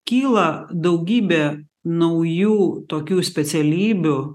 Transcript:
kyla daugybė naujų tokių specialybių